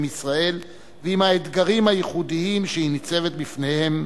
ישראל ועם האתגרים הייחודיים שהיא ניצבת בפניהם.